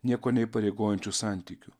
niekuo neįpareigojančių santykių